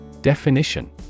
Definition